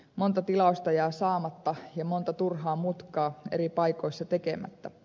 monta tilausta jää saamatta ja monta turhaa mutkaa eri paikoissa tekemättä